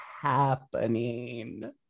happening